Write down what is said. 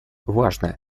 важно